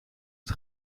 het